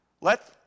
Let